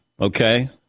okay